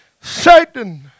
Satan